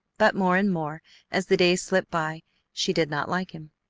but more and more as the days slipped by she did not like him.